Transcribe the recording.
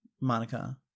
Monica